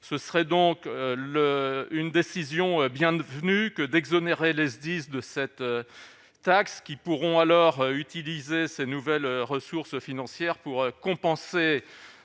se serait donc le une décision bienvenue que d'exonérer le SDIS de cette taxe, qui pourront alors utiliser ces nouvelles ressources financières pour compenser